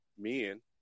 men